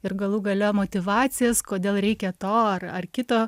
ir galų gale motyvacijas kodėl reikia to ar ar kito